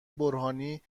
برهانی